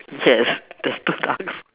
yes there's two ducks